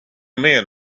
men